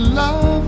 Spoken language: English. love